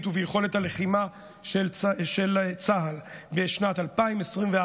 וביכולת הלחימה של צה"ל בשנת 2024,